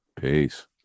peace